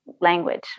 language